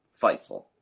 Fightful